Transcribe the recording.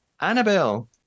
Annabelle